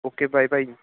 okay bye ਭਾਅ ਜੀ